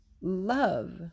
love